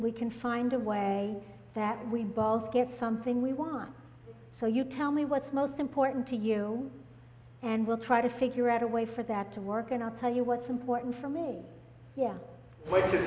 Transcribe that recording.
we can find a way that we balls get something we want so you tell me what's most important to you and we'll try to figure out a way for that to work and i'll tell you what's important for me yes wi